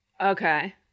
Okay